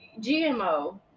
GMO